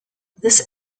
this